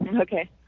Okay